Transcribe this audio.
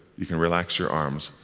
you can relax your arms,